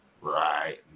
right